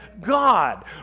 God